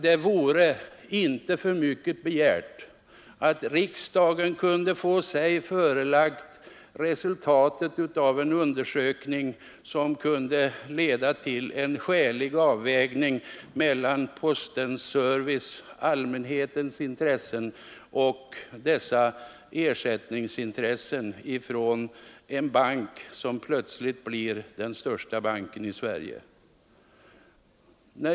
Det vore inte för mycket begärt att riksdagen för ställningstagande fick sig förelagd en undersökning, vars syfte varit att åstadkomma en skälig avvägning mellan postens service, allmänhetens behov och postverkets intresse av att få ersättning av den bank som nu plötsligt blir den största i Sverige.